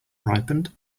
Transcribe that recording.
ripened